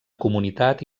comunitat